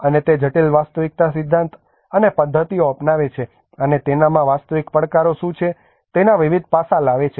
અને તે જટિલ વાસ્તવિકવાદી સિદ્ધાંત અને પદ્ધતિઓ અપનાવે છે અને તેનામાં વાસ્તવિક પડકારો શું છે તેના વિવિધ પાસાં લાવે છે